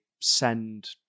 send